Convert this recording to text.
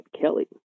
Kelly